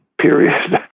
period